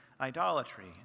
idolatry